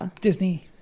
Disney